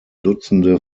dutzende